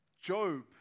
Job